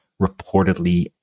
reportedly